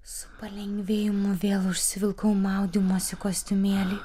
su palengvėjimu vėl užsivilkau maudymosi kostiumėlį